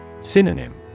Synonym